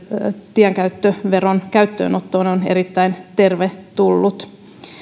tienkäyttöveron käyttöönotosta on erittäin tervetullut